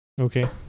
Okay